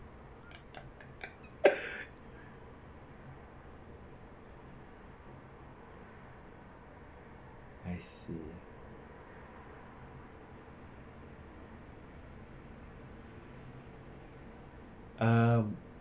I see um